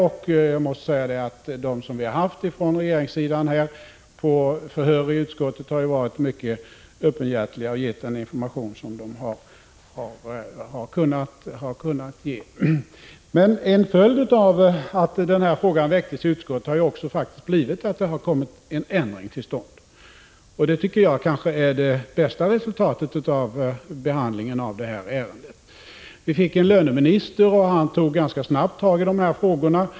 De företrädare för regeringssidan som vi har hållit förhör med i utskottet har varit mycket öppenhjärtiga och gett den information som de har kunnat ge. En följd av att denna fråga väcktes i utskottet har faktiskt blivit att det har kommit en ändring till stånd. Det är det 29 kanske bästa resultatet av behandlingen av detta ärende. Vi fick en löneminister, och han tog ganska snabbt tag i dessa frågor.